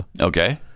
okay